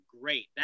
great